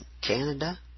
Canada